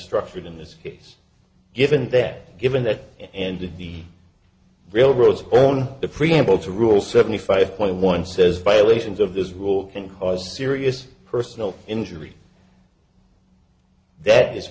structured in this case given that given that and the railroads own the preamble to rule seventy five point one says violations of this rule can cause serious personal injury that is